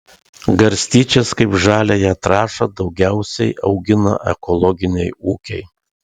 garstyčias kaip žaliąją trąšą daugiausiai augina ekologiniai ūkiai